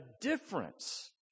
difference